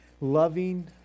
loving